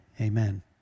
Amen